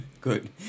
Good